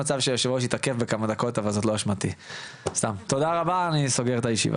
תודה רבה, אני נועל את הישיבה.